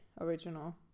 original